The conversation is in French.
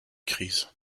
crise